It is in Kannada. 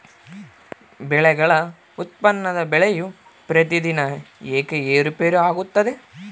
ಬೆಳೆಗಳ ಉತ್ಪನ್ನದ ಬೆಲೆಯು ಪ್ರತಿದಿನ ಏಕೆ ಏರುಪೇರು ಆಗುತ್ತದೆ?